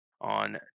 on